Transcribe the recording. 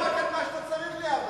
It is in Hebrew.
אתה תיאבק במה שאתה צריך להיאבק.